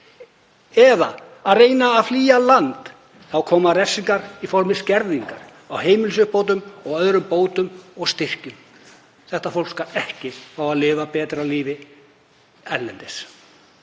þeir reyna að flýja land þá koma refsingar í formi skerðingar á heimilisuppbót og öðrum bótum og styrkjum. Þetta fólk skal ekki fá að lifa betra lífi erlendis: